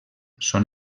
són